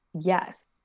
Yes